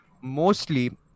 mostly